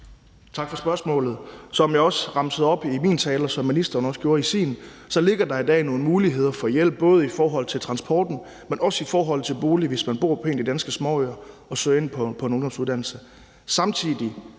Tak for spørgsmålet. Som jeg også remsede op i min tale, som ministeren også gjorde det i sin, ligger der i dag nogle muligheder for hjælp, både i forhold til transporten, men også i forhold til bolig, hvis man bor på en af de danske småøer, til at søge ind på en ungdomsuddannelse.